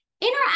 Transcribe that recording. Interact